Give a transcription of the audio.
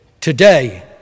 Today